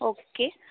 okay